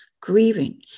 grieving